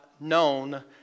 Known